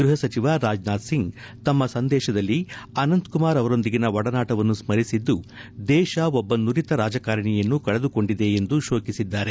ಗೃಹ ಸಚಿವ ರಾಜನಾಥ್ ಸಿಂಗ್ ತಮ್ಮ ಸಂದೇಶದಲ್ಲಿ ಅನಂತಕುಮಾರ್ ಅವರೊಂದಿಗಿನ ಒಡನಾಟವನ್ನು ಸ್ಮರಿಸಿದ್ದು ದೇಶ ಒಬ್ಬ ನುರಿತ ರಾಜಕಾರಿಣಿಯನ್ನು ಕಳೆದುಕೊಂಡಿದೆ ಎಂದು ಶೋಕಿಸಿದ್ದಾರೆ